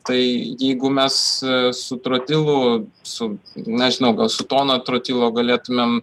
tai jeigu mes su trotilu su nežinau gal su tona trotilo galėtumėm